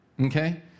okay